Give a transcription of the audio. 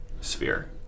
sphere